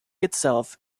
itself